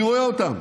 אני רואה אותם,